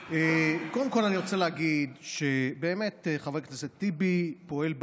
אני רוצה להגיד שבאמת חבר הכנסת טיבי פועל בעניין,